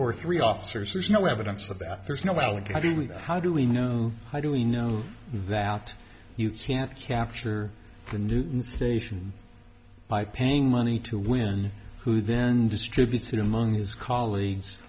or three officers there's no evidence of that there's no alec how do we how do we know how do we know that you can't capture the new station by paying money to when who then distributed among his colleagues